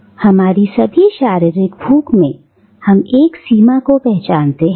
"हमारी सभी शारीरिक भूख में हम एक सीमा को पहचानते हैं